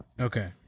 Okay